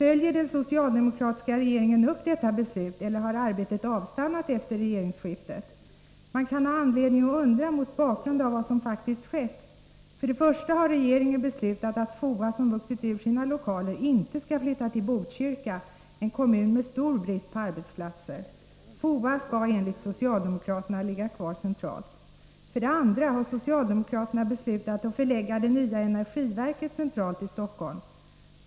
Följer den socialdemokratiska regeringen upp detta beslut — eller har arbetet avstannat efter regeringsskiftet? Man kan ha anledning att undra, mot bakgrund av vad som faktiskt skett: För det första har regeringen beslutat att FOA, som vuxit ur sina lokaler, inte skall flytta till Botkyrka, en kommun med stor brist på arbetsplatser. FOMA skall enligt socialdemokraterna ligga kvar centralt. För det andra har socialdemokraterna beslutat förlägga det nya energiverket centralt i Stockholm.